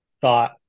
thought